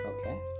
Okay